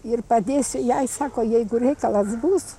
ir padėsiu jai sako jeigu reikalas bus